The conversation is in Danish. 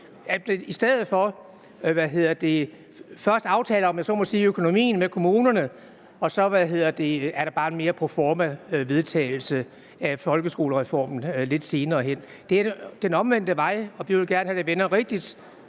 må sige, at aftale økonomien med kommunerne, og så er der bare en proforma vedtagelse af folkeskolereformen lidt senere hen. Det er den omvendte vej, og vi vil gerne have, at det vender